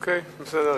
אוקיי, בסדר.